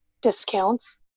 discounts